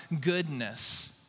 goodness